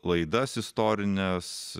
laidas istorines